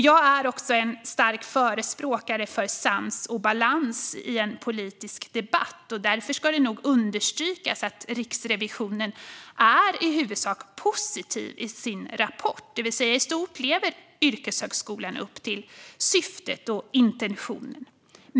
Jag är också en stark förespråkare av sans och balans i en politisk debatt. Därför ska det understrykas att Riksrevisionen i huvudsak är positiv i sin rapport: I stort lever yrkeshögskolan upp till syftet och intentionen.